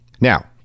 Now